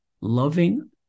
loving